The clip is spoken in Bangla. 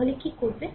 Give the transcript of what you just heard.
তাহলে কি করবে